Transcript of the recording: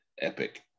Epic